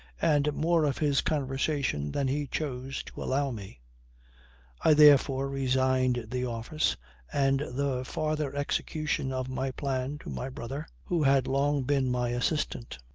and more of his conversation than he chose to allow me i therefore resigned the office and the farther execution of my plan to my brother, who had long been my assistant.